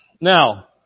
Now